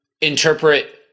interpret